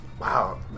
wow